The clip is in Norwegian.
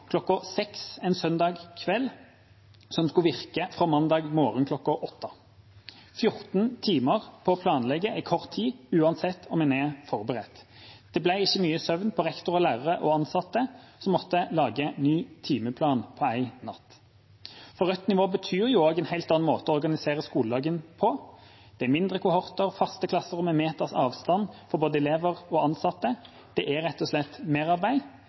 en søndag kveld, som skulle virke fra mandag morgen kl. 8. Fjorten timer på å planlegge er kort tid selv om en er forberedt. Det ble ikke mye søvn på rektorer, lærere og ansatte som måtte lage ny timeplan på én natt. For rødt nivå betyr også en helt annen måte å organisere skoledagen på. Det er mindre kohorter, faste klasserom og én meter avstand for både elever og ansatte. Det er rett og slett merarbeid,